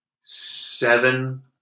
Seven